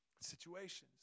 situations